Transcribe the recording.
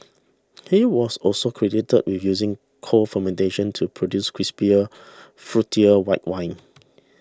he was also credited with using cold fermentation to produce crisper fruitier white wines